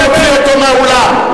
להוציא אותו מהאולם.